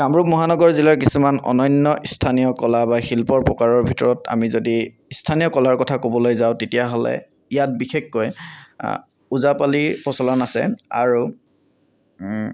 কামৰূপ মহানগৰ জিলাৰ কিছুমান অনন্য় স্থানীয় কলা বা শিল্পৰ প্ৰকাৰৰ ভিতৰত আমি যদি স্থানীয় কলাৰ কথা ক'বলৈ যাওঁ তেতিয়াহ'লে ইয়াত বিশেষকৈ ওজা পালিৰ প্ৰচলন আছে আৰু